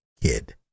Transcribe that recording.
kid